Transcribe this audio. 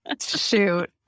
shoot